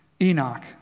Enoch